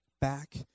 back